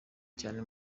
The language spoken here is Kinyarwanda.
cyane